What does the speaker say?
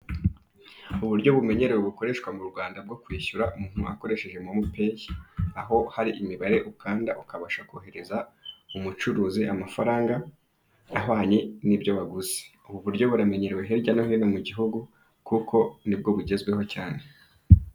Uburyo bumenyerewe bukoreshwa mu Rwanda bwo kwishyura umuntu akoresheje momo peyi, aho hari imibare ukanda ukabasha koherereza umucuruzi amafaranga ahwanye n'ibyo waguze. ubu buryo buramenyerewe hirya no hino mugihugu kuko nibwo bugezweho cyane.